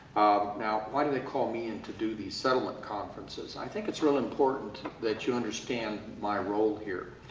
now, why did they call me in to do these settlement conferences? i think it's really important that you understand my role here.